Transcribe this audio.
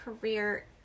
career